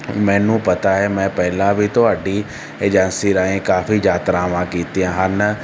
ਮੈਨੂੰ ਪਤਾ ਹੈ ਮੈਂ ਪਹਿਲਾਂ ਵੀ ਤੁਹਾਡੀ ਏਜੰਸੀ ਰਾਹੀਂ ਕਾਫ਼ੀ ਯਾਤਰਾਵਾਂ ਕੀਤੀਆਂ ਹਨ